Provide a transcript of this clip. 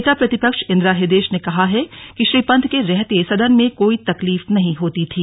नेता प्रतिपक्ष इंदिरा हृद्येश ने कहा कि श्री पंत के रहते सदन में कोई तकलीफ नहीं होती थी